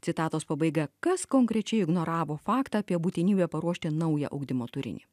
citatos pabaiga kas konkrečiai ignoravo faktą apie būtinybę paruošti naują ugdymo turinį